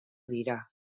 dira